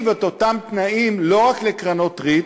את אותם תנאים לא רק לקרנות ריט,